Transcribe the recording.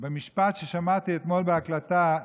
במשפט ששמעתי אתמול בהקלטה,